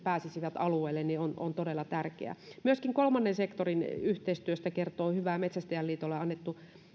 pääsisivät alueelle tämä on todella tärkeää myöskin kolmannen sektorin yhteistyöstä kertoo hyvää metsästäjäliitolle annettu